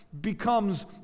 becomes